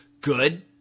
Good